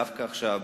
דווקא עכשיו,